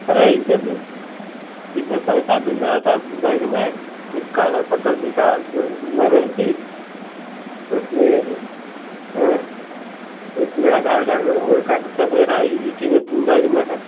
अरे इसमें इसमें पैसा भी मेरा था बैग में कुछ कागज पत्तर भी था मेरे भी उसमें उसमें आधार कार्ड और कागजात वगैरह इसी में बैग में हैं